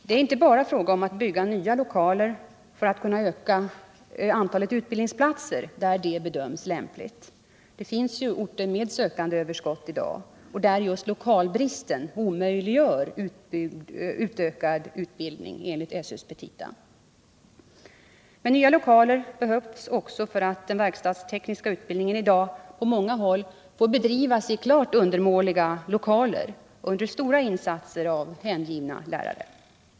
Det är inte bara fråga om att bygga nya lokaler för att kunna öka antalet utbildningsplatser där detta bedöms lämpligt. Det finns ju orter med sökandeöverskott och där just lokalbristen omöjliggör en utökad utbildning enligt SÖ:s petita. Men nya lokaler behövs också därför att den verkstadstekniska utbildningen i dag på många håll får bedrivas i klart undermåliga lokaler och under stora insatser av hängivna lärare.